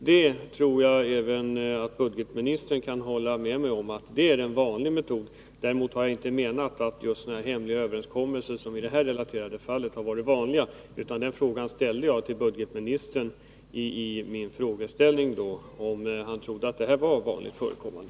Jag tror att budgetministern kan hålla med mig om att det är en vanlig metod. Däremot har jag inte menat att sådana hemliga överenskommelser som i det relaterade fallet har varit vanliga. Den fråga jag ställt till budgetministern gällde ju om han trodde att sådana överenskommelser var vanligt förekommande.